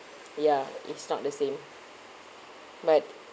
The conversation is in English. ya it's not the same but